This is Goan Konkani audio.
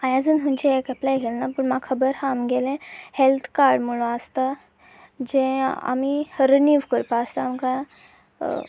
हांवें अजून खंयचें हाका एप्लाय केलें ना पूण म्हाका खबर आसा आमगेलें हेल्थ कार्ड म्हणून आसता जें आमी रिनीव करपाक आसता आमकां